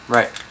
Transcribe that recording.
Right